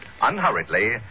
unhurriedly